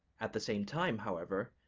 at the same time, however,